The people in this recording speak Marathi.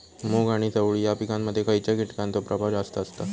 मूग आणि चवळी या पिकांमध्ये खैयच्या कीटकांचो प्रभाव जास्त असता?